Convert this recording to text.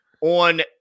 on